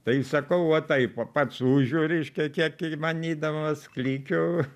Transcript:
tai sakau va taip va pats ūžiu reiškia kiek įmanydamas klykiu